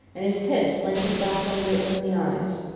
and his head slanted back under it from the eyes.